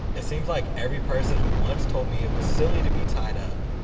it seems like every person who once told me it was silly to be tied up,